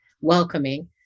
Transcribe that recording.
welcoming